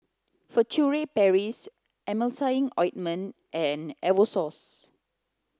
Furtere Paris Emulsying Ointment and Novosource